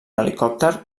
helicòpter